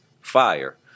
fire